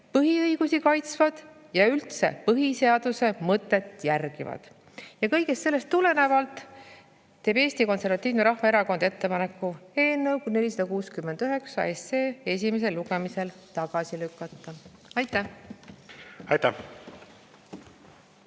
põhiõigusi kaitsvad ja üldse põhiseaduse mõtet järgivad. Kõigest sellest tulenevalt teeb Eesti Konservatiivne Rahvaerakond ettepaneku eelnõu 469 esimesel lugemisel tagasi lükata. Aitäh! Eraldi